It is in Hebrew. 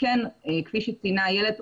כפי שציינה איילת,